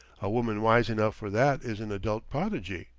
a woman wise enough for that is an adult prodigy,